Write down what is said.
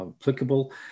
applicable